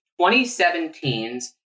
2017's